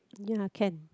ya can